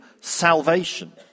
salvation